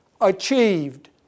achieved